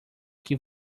que